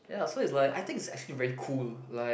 ya so is like I think is actually very cool like